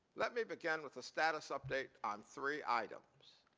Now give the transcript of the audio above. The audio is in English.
let me begin with a status up date on three items.